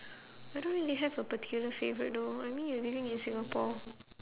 I don't really have a particular favourite though I mean you're living in singapore